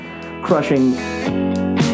Crushing